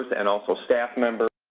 and also staff members,